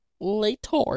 later